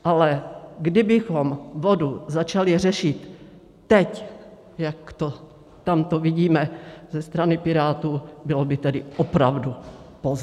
Ale kdybychom vodu začali řešit teď, jak to tamto vidíme ze strany Pirátů, bylo by tedy opravdu pozdě.